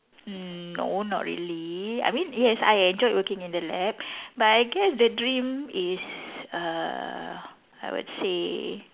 no not really I mean yes I enjoyed working in the lab but I guess the dream is err I would say